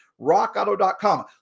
rockauto.com